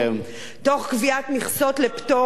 תוך קביעת מכסות לפטורים, מה עם הערבים?